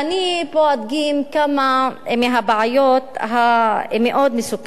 אני אדגים פה כמה מהבעיות המאוד-מסוכנות,